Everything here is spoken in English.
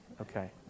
Okay